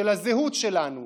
של הזהות שלנו,